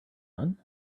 done